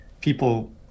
people